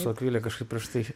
su akvile kažkaip prieš tai